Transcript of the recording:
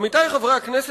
עמיתי חברי הכנסת,